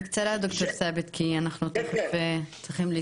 בקצרה ד"ר ת'אבת, כי אנחנו תכף צריכים להתכנס.